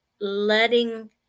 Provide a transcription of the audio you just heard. letting